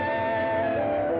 and